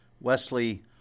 Wesley